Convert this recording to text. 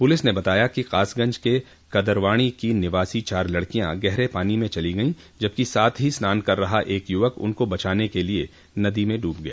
police ने बताया कि कासगंज के कदरवाणी की निवासी चार लड़कियां गहरे पानो में ेचली गयी जबकि साथ ही स्नान कर रहा एक युवक उनको बचाने के लिए में डूब गया